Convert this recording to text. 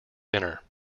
dinner